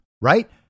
right